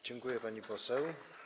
Dziękuję, pani poseł.